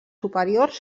superiors